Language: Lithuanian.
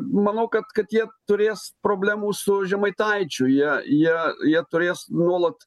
manau kad kad jie turės problemų su žemaitaičiu jie jie jie turės nuolat